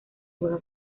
juega